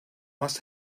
must